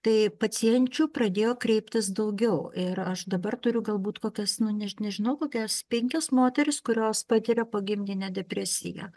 tai pacienčių pradėjo kreiptis daugiau ir aš dabar turiu galbūt kokias nu net nežinau kokias penkias moteris kurios patiria pogimdinę depresiją